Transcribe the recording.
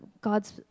God's